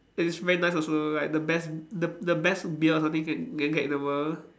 and it's very nice also like the best the the best beer or something can can get in the world